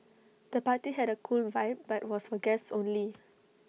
the party had A cool vibe but was for guests only